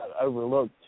overlooked